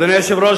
אדוני היושב-ראש,